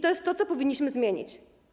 To jest to, co powinniśmy zmienić.